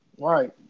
Right